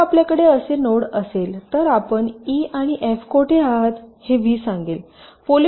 जेव्हा आपल्याकडे असे नोड असेल तर आपण ई आणि एफ कोठे आहात हे व्ही सांगेल